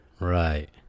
Right